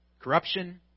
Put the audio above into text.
Corruption